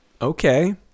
okay